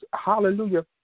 hallelujah